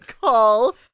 call